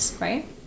right